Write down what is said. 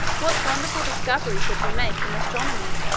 what wonderful discoveries should we make in astronomy,